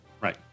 Right